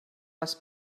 les